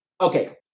Okay